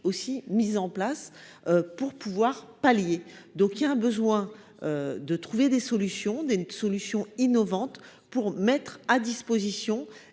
aussi mises en place pour pouvoir pallier donc il besoin de trouver des solutions, des solutions innovantes pour mettre à disposition,